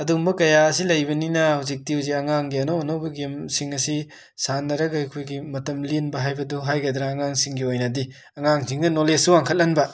ꯑꯗꯨꯒꯨꯝꯕ ꯀꯌꯥꯁꯤ ꯂꯩꯕꯅꯤꯅ ꯍꯧꯖꯤꯛꯇꯤ ꯍꯧꯖꯤꯛ ꯑꯉꯥꯡꯒꯤ ꯑꯅꯧ ꯑꯅꯧꯕ ꯒꯦꯝꯁꯤꯡ ꯑꯁꯤ ꯁꯥꯟꯅꯔꯒ ꯑꯩꯈꯣꯏꯒꯤ ꯃꯇꯝ ꯂꯦꯟꯕ ꯍꯥꯏꯕꯗꯣ ꯍꯥꯏꯒꯗ꯭ꯔꯥ ꯑꯉꯥꯝꯁꯤꯡꯒꯤ ꯑꯣꯏꯅꯗꯤ ꯑꯉꯥꯡꯁꯤꯡꯗ ꯅꯣꯂꯦꯁꯁꯨ ꯋꯥꯡꯈꯠꯍꯟꯕ